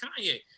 Kanye